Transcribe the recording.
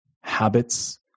habits